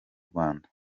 rwanda